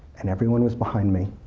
and everyone was behind me,